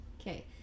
okay